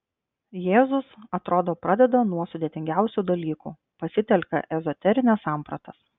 jėzus atrodo pradeda nuo sudėtingiausių dalykų pasitelkia ezoterines sampratas